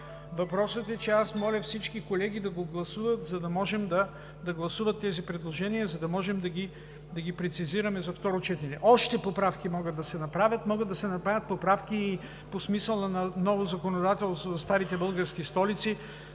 Въпросът е, че аз моля всички колеги да гласуват тези предложения, за да можем да ги прецизираме за второ четене. Още поправки могат да се направят, могат да се направят поправки и по смисъла на ново законодателство за старите български столици.